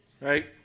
right